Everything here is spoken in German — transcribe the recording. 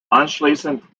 anschließend